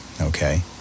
okay